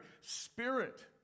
Spirit